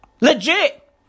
Legit